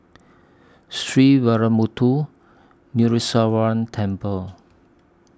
Sree Veeramuthu Muneeswaran Temple